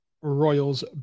Royals